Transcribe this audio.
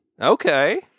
Okay